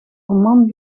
roman